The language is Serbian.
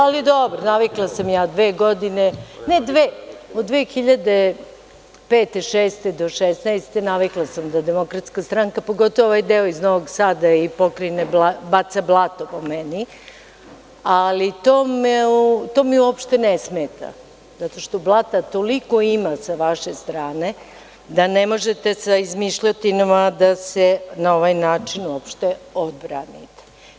Ali, dobro, navikla sam ja dve godine, ne dve, od 2005, 2006. do 2016. godine, navikla sam da DS, pogotovo ovaj deo iz Novog Sadai Pokrajine, baca blato po meni, ali to mi uopšte ne smeta, zato što blata toliko ima sa vaše strane da ne možete sa izmišljotinama da se na ovaj način uopšte odbranite.